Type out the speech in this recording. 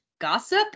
gossip